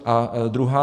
A druhá.